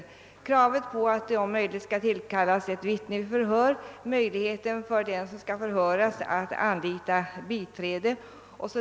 Där finns kravet på att det om möjligt skall tillkallas ett vittne och den som skall förhöras har möjlighet att anlita biträde.